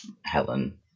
Helen